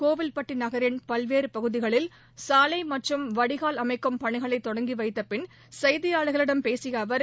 கோவில்பட்டி நகரின் பல்வேறு பகுதிகளில் சாலை மற்றும் வடிகால் அமைக்கும் பணிகளை தொடங்கி வைத்தபின் செய்தியாளர்களிடம் பேசிய அவர்